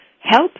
help